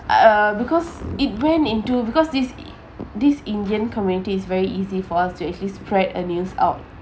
I uh because it went into because this this indian community is very easy for us to actually spread a news out